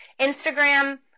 Instagram